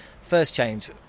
first-change